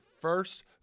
first